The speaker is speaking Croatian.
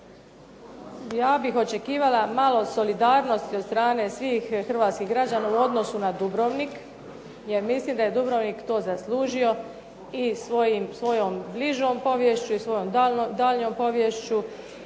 Ja bih očekivala malo solidarnosti od strane svih hrvatskih građana u odnosu na Dubrovnik. Jer mislim da je Dubrovnik to zaslužio i svojom bližom poviješću i svojom daljnjom poviješću